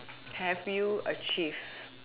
have you achieved